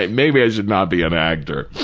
maybe i should not be an actor.